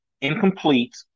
incomplete